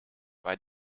bei